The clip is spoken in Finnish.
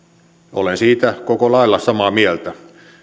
olen siitä koko lailla samaa mieltä